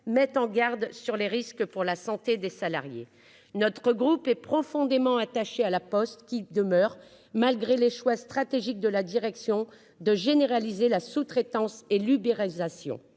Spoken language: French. experts pointent les risques pour la santé des salariés. Notre groupe est profondément attaché à La Poste. Malgré les choix stratégiques de la direction de généraliser la sous-traitance et l'ubérisation,